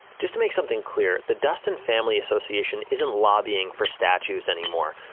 just to make something clear, the duston family association isn't lobbying for statues anymore.